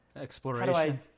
exploration